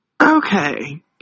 Okay